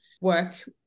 work